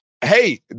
Hey